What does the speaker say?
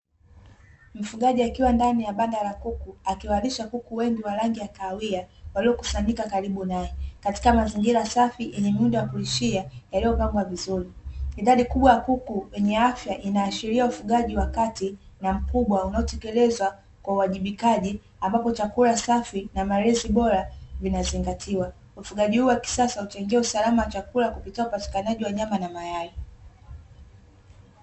Ukiwa ndani ya banda la kuku akiwalisha kuku wengi wa rangi ya kahawia waliokusanyika karibu naye katika mazingira safi kuishia yaliyopangwa vizuri, yahya inaashiria ufugaji wa kati na mkubwa unaotekelezwa kwa uwajibikaji ambapo tu unajua kisasa huchangia usalama wa chakula kupitia upatikanaji wa nyama na mayai.